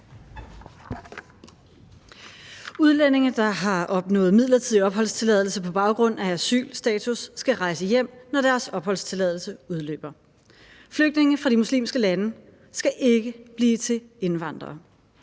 Udlændinge, der har opnået midlertidig opholdstilladelse på baggrund af asylstatus, skal rejse hjem, når deres opholdstilladelse udløber. Flygtninge fra de muslimske lande skal ikke blive til indvandrere.